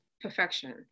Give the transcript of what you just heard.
perfection